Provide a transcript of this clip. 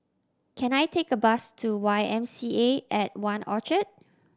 can I take a bus to Y M C A at One Orchard